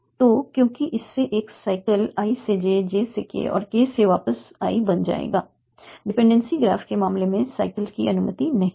तो क्योंकि इससे एक साइकल i से j j से k k से वापस i बन जाएगा डिपेंडेंसी ग्राफ के मामले में साइकल की अनुमति नहीं है